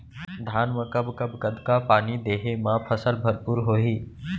धान मा कब कब कतका पानी देहे मा फसल भरपूर होही?